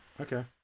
Okay